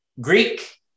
Greek